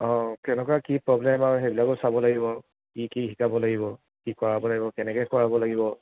অঁ কেনেকুৱা কি প্ৰব্লেম আৰু সেইবিলাকো চাব লাগিব কি কি শিকাব লাগিব কি কৰাব লাগিব কেনেকৈ কৰাব লাগিব